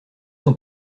sont